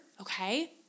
okay